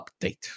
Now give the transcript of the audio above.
update